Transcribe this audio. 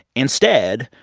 instead,